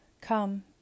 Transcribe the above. come